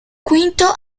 quinto